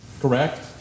Correct